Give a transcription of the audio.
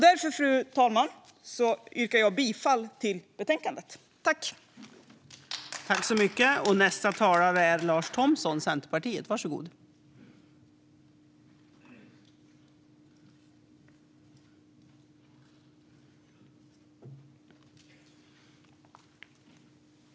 Därför, fru talman, yrkar jag bifall till utskottets förslag i betänkandet.